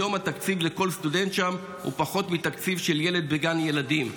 היום התקציב לכל סטודנט שם הוא פחות מתקציב של ילד בגן ילדים.